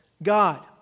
God